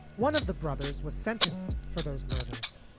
one of the brothers was sentenced for those murders.